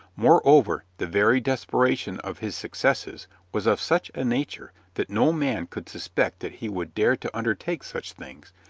moreover, the very desperation of his successes was of such a nature that no man could suspect that he would dare to undertake such things,